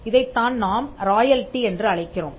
இதைத்தான் நாம் ராயல்டி என்று அழைக்கிறோம்